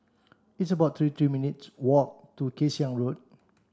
it's about three three minutes' walk to Kay Siang Road